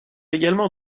également